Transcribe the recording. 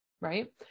right